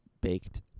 baked